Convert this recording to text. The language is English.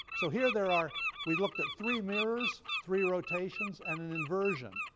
so here there are we looked at three mirrors, three rotations, and an inversion.